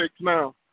now